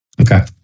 Okay